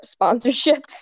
sponsorships